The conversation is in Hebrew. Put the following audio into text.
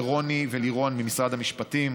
לרוני ולירון ממשרד המשפטים,